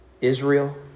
Israel